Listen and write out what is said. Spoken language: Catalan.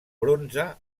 bronze